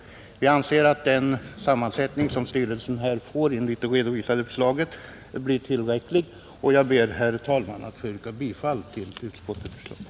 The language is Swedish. Utskottsmajoriteten anser att den sammansättning som styrelsen får enligt det redovisade förslaget är tillräcklig. Jag ber, herr talman, att få yrka bifall till utskottets hemställan.